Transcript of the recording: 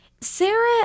Sarah